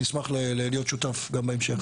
אני אשמח להיות שותף גם בהמשך.